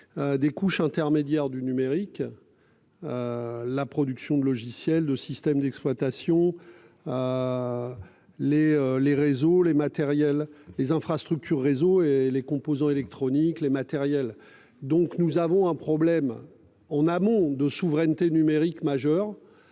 Des couches intermédiaires du numérique. La production de logiciels de système d'exploitation. Les, les réseaux, les matériels les infrastructures réseaux et les composants électroniques, les matériels. Donc nous avons un problème on amont de souveraineté numérique majeur.